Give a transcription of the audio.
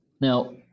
Now